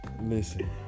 Listen